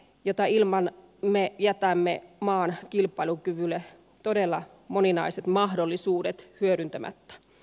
jota ilman emme jätämme omaan kilpailukyvyllä h todella moninaiset mahdollisuudet hyödyntämättä